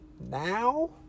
now